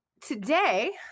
today